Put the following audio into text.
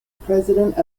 president